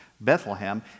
Bethlehem